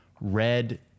red